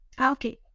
okay